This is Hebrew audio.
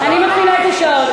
אני מתחילה את השעון.